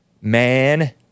man